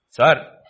sir